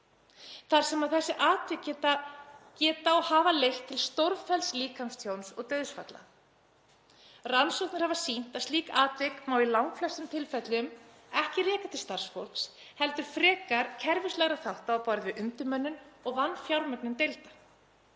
þar sem þessi atvik geta og hafa leitt til stórfellds líkamstjóns og dauðsfalla. Rannsóknir hafa sýnt að slík atvik má í langflestum tilfellum ekki rekja til starfsfólks heldur frekar kerfislegra þátta á borð við undirmönnun og vanfjármögnun deilda.